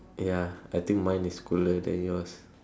ya I think mine is cooler than yours